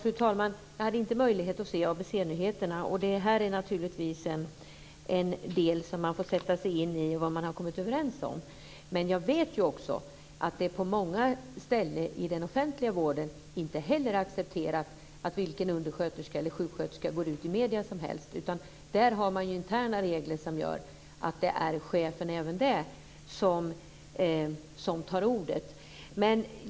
Fru talman! Jag hade inte möjlighet att se ABC nyheterna. Man får naturligtvis sätta sig in i vad man har kommit överens om. Men jag vet också att det på många ställen i den offentliga vården inte heller är accepterat att vilken undersköterska eller sjuksköterska som helst går ut i medierna. Man har interna regler som gör att det även där är chefen som tar ordet.